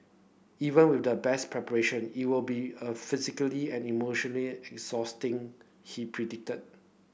even with the best preparation it will be a physically and emotionally exhausting he predicted